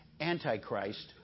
Antichrist